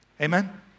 Amen